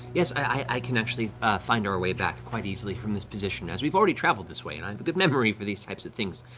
yes, i can actually find our way back quite easily from this position, as we've already traveled this way and i have a good memory for these types of things.